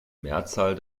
mehrzahl